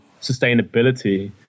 sustainability